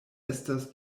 estas